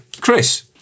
Chris